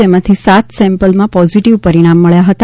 જેમાંથી સાત સેમ્પલમાં પોઝિટિવ પરિણામ મળ્યા હતા